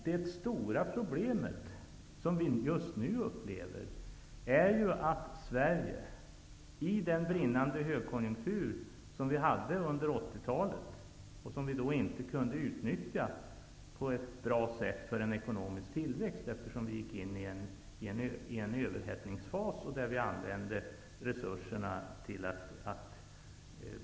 Det stora problemet just nu är ju att det i den brinnande högkonjunkturen under 80-talet inte genererades de överskott i den offentliga sektorn, som borde ha genererats och som nu möjligen hade kunnat ge en bas för en mer keynesiansk ekonomisk politik.